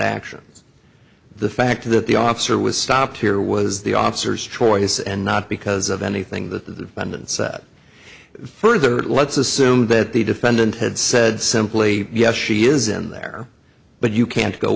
actions the fact that the officer was stopped here was the officers choice and not because of anything that the london said further let's assume that the defendant had said simply yes she isn't there but you can't go